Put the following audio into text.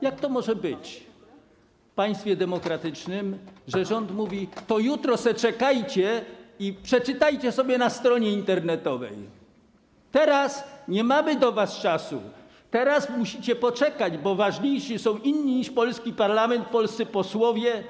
Jak to może być w państwie demokratycznym, że rząd mówi: to sobie czekajcie i jutro przeczytajcie sobie na stronie internetowej, teraz nie mamy dla was czasu, teraz musicie poczekać, bo ważniejsi są inni niż polski parlament, polscy posłowie.